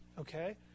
okay